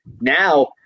Now